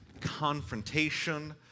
confrontation